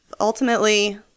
Ultimately